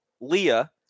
Leah